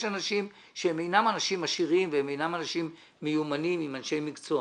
יש אנשים שהם אינם אנשים עשירים והם אינם אנשים מיומנים עם אנשי מקצוע.